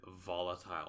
volatile